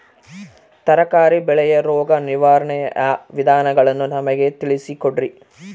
ತರಕಾರಿ ಬೆಳೆಯ ರೋಗ ನಿರ್ವಹಣೆಯ ವಿಧಾನಗಳನ್ನು ನಮಗೆ ತಿಳಿಸಿ ಕೊಡ್ರಿ?